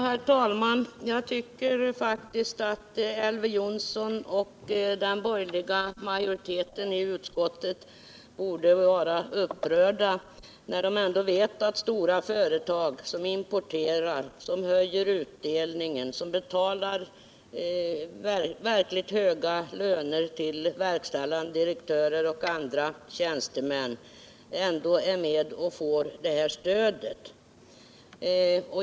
Herr talman! Jag tycker faktiskt att Elver Jonsson och de andra som tillhör utskottets borgerliga majoritet borde vara upprörda när de vet att stora företag som importerar, som höjer utdelningen och som betalar verkligt höga löner till verkställande direktörer och andra tjänstemän ändå får del av det här stödet.